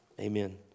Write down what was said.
amen